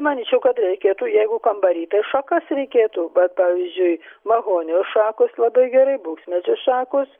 manyčiau kad reikėtų jeigu kambary tai šakas reikėtų vat pavyzdžiui mahonijos šakos labai gerai buksmedžių šakos